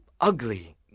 ugly